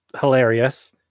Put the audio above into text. hilarious